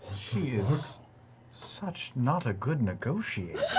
she is such not a good negotiator.